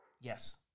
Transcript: Yes